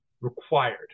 required